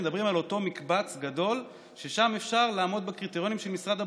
מדברים על אותו מקבץ גדול ששם אפשר לעמוד בקריטריונים של משרד הבריאות,